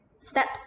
steps